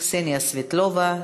קסניה סבטלובה,